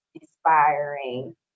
inspiring